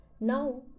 now